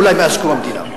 אולי מאז קום המדינה.